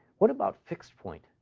what about fixed-point?